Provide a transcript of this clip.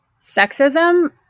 sexism